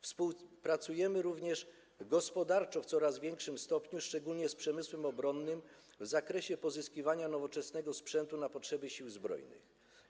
Współpracujemy również gospodarczo w coraz większym stopniu, szczególnie z przemysłem obronnym, w zakresie pozyskiwania nowoczesnego sprzętu na potrzeby Sił Zbrojnych.